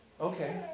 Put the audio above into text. okay